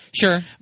Sure